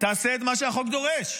תעשה את מה שהחוק דורש.